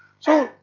so,